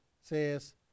says